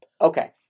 Okay